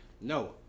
No